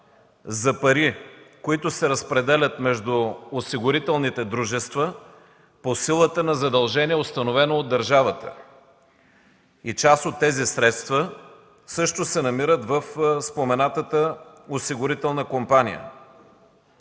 за пари, които се разпределят между осигурителните дружества по силата на задължение, установено от държавата, и част от тези средства също се намират в споменатата осигурителна компания.